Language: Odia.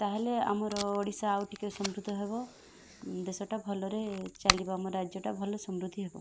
ତା'ହେଲେ ଆମର ଓଡ଼ିଶା ଆଉ ଟିକେ ସମୃଦ୍ଧ ହେବ ଦେଶଟା ଭଲରେ ଚାଲିବ ଆମ ରାଜ୍ୟଟା ଭଲ ସମୃଦ୍ଧି ହେବ